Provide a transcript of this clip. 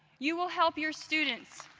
you will help your students